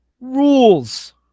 Rules